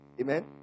Amen